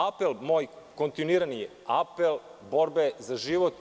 Apel moj, kontinuirani je apel borbe za život.